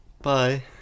Bye